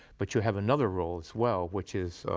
but you have another role as well, which is,